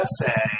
USA